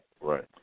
Right